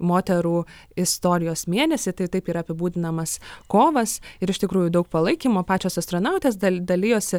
moterų istorijos mėnesį tai taip yra apibūdinamas kovas ir iš tikrųjų daug palaikymo pačios astronautės dali dalijosi